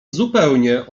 zupełnie